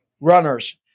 runners